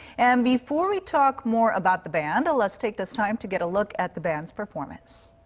and before we talk more about the band. let's take this time to get a look at the band's performance.